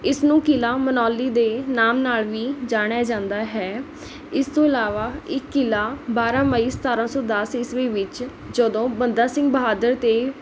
ਇਸਨੂੰ ਕਿਲ੍ਹਾ ਮਨਾਲੀ ਦੇ ਨਾਮ ਨਾਲ਼ ਵੀ ਜਾਣਿਆ ਜਾਂਦਾ ਹੈ ਇਸ ਤੋਂ ਇਲਾਵਾ ਇਹ ਕਿਲ੍ਹਾ ਬਾਰਾਂ ਮਈ ਸਤਾਰਾਂ ਸੌ ਦਸ ਈਸਵੀ ਵਿੱਚ ਜਦੋਂ ਬੰਦਾ ਸਿੰਘ ਬਹਾਦਰ ਅਤੇ